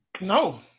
no